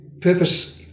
purpose